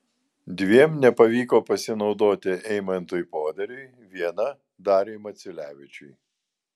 dviem nepavyko pasinaudoti eimantui poderiui viena dariui maciulevičiui